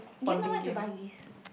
did you know where to buy this